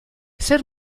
zer